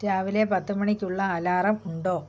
രാവിലെ പത്തു മണിക്കുള്ള അലാറം ഉണ്ടോ